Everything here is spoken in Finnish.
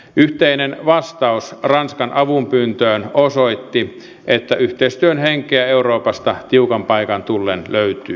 yhteinen vastaus ranskan avunpyyntöön osoitti että yhteistyön henkeä euroopasta tiukan paikan tullen löytyy